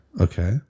Okay